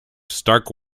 stark